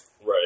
Right